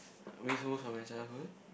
waste most of my childhood